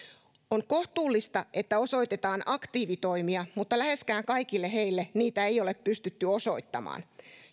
on kohtuullista että osoitetaan aktiivitoimia mutta läheskään kaikille heille niitä ei ole pystytty osoittamaan